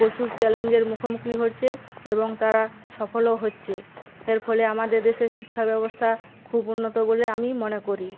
প্রচুর চ্যালেঞ্জের মুখোমুখি হচ্ছে এবং তারা সফলও হচ্ছে এর ফলে আমাদের দেশের শিক্ষা ব্যবস্থা খুব উন্নত বলে আমি মনে করি